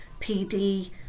PD